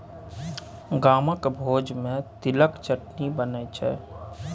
गामक भोज मे तिलक चटनी बनै छै